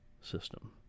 system